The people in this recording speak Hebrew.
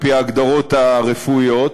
על-פי ההגדרות הרפואיות,